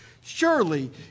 Surely